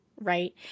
right